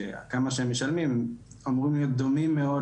שכמה שהם משלמים הם אמורים להיות דומים מאוד